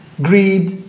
greed,